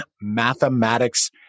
mathematics